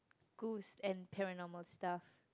ghost and paranormal stuff